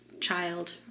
child